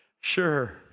sure